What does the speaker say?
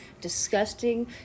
disgusting